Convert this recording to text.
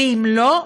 ואם לא,